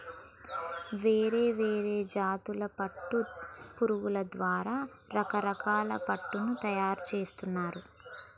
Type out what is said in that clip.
వేరే వేరే జాతుల పట్టు పురుగుల ద్వారా రకరకాల పట్టును తయారుచేస్తారు